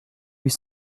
huit